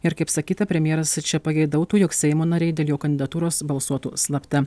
ir kaip sakyta premjeras čia pageidautų jog seimo nariai dėl jo kandidatūros balsuotų slapta